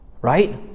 Right